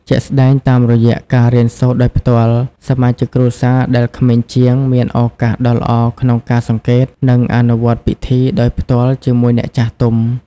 ជាក់ស្តែង តាមរយៈ ការរៀនសូត្រដោយផ្ទាល់ សមាជិកគ្រួសារដែលក្មេងជាង មានឱកាសដ៏ល្អក្នុងការសង្កេត និងអនុវត្តពិធីដោយផ្ទាល់ជាមួយអ្នកចាស់ទុំ។